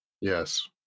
Yes